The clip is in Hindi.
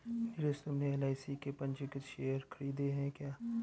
नीरज तुमने एल.आई.सी के पंजीकृत शेयर खरीदे हैं क्या?